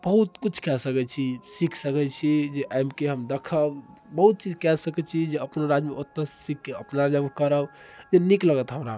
बहुत किछु कै सकैत छी सीख सकैत छी जे आबिके हम देखब बहुत चीज कै सकैत छी जे अपन राज्यमे ओतऽ सीखके अपना राज्यमे आबिके करब से नीक लागत हमरा